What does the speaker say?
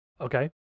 Okay